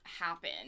happen